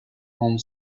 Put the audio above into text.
home